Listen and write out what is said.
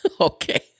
Okay